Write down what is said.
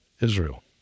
Israel